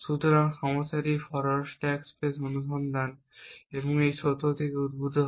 সুতরাং সমস্যাটি forward stack space অনুসন্ধান এবং এটি এই সত্য থেকে উদ্ভূত হয়